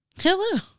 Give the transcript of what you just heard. Hello